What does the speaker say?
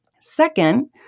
Second